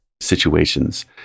situations